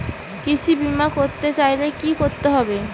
কৃষি বিমা করতে চাইলে কি করতে হবে?